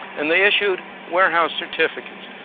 and they issued warehouse certificates,